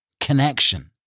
connection